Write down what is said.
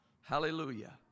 Hallelujah